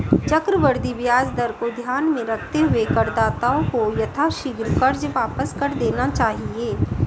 चक्रवृद्धि ब्याज दर को ध्यान में रखते हुए करदाताओं को यथाशीघ्र कर्ज वापस कर देना चाहिए